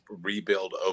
rebuild